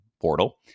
portal